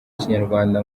kinyarwanda